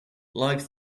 live